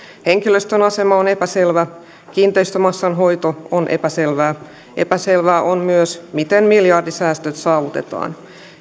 henkilöstön asema on epäselvä kiinteistömassan hoito on epäselvää epäselvää on myös miten miljardisäästöt saavutetaan